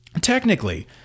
Technically